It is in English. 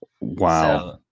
Wow